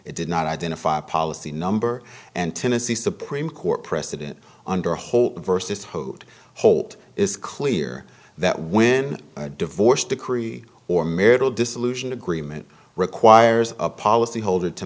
it did not identify a policy number and tennessee supreme court precedent under a whole versus hoed holt it's clear that when a divorce decree or marital dissolution agreement requires a policy holder to